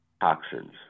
toxins